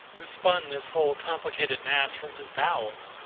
who spun this whole complicated mass from his bowels,